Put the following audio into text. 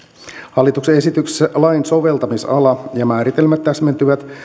hallituksen esityksessä lain soveltamisala ja määritelmät täsmentyvät